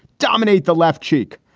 dominate the left cheek.